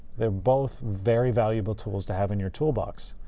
they're both very valuable tools to have in your toolbox.